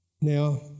Now